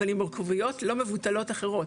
אבל עם מורכבויות לא מבוטלות אחרות,